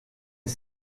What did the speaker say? est